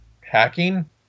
hacking